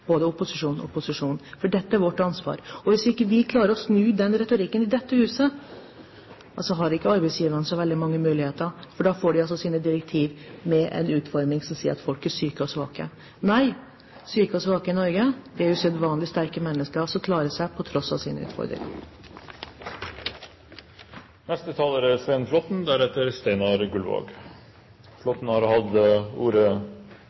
både opposisjonen og posisjonen, for dette er vårt ansvar. Og hvis ikke vi i dette huset klarer å snu den retorikken, har ikke arbeidsgiverne så veldig mange muligheter, for da får de sine direktiver med en utforming som går på at folk er syke og svake. Nei, syke og svake i Norge er usedvanlig sterke mennesker, som klarer seg på tross av sine utfordringer! Svein Flåtten har hatt ordet